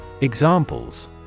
Examples